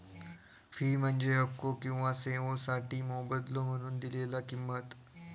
fee म्हणजे हक्को किंवा सेवोंसाठी मोबदलो म्हणून दिलेला किंमत